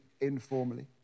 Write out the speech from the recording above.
informally